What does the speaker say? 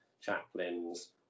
chaplains